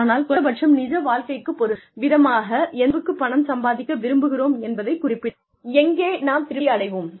ஆனால் குறைந்தபட்சம் நிஜ வாழ்க்கைக்குப் பொருந்தும் விதமாக எந்தளவுக்குப் பணம் சம்பாதிக்க விரும்புகிறோம் என்பதைக் குறிப்பிட வேண்டும் எங்கே நாம் திருப்தி அடைவோம்